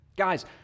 Guys